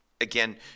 again